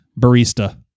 barista